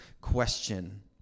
question